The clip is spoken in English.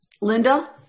Linda